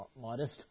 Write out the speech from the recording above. modest